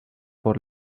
por